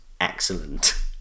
excellent